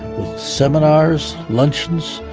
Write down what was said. seminars, lunches,